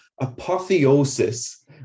apotheosis